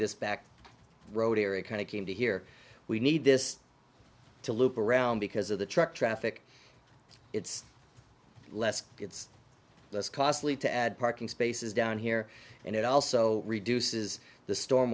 this back road area kind of came to here we need this to loop around because of the truck traffic it's less it's less costly to add parking spaces down here and it also reduces the